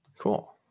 Cool